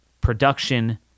production